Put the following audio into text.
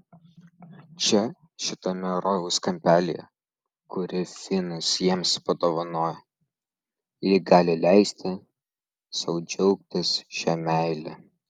čia šitame rojaus kampelyje kurį finas jiems padovanojo ji gali leisti sau džiaugtis šia meile